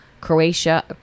Croatia